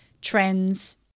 trends